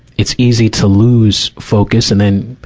it's easy to lose focus. and then,